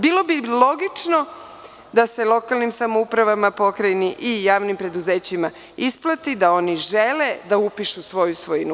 Bilo bi logično da se lokalnim samoupravama, Pokrajini i javnim preduzećima isplati da oni žele da upišu svoju svojinu.